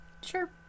Sure